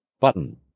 button